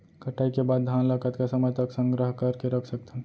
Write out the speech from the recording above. कटाई के बाद धान ला कतका समय तक संग्रह करके रख सकथन?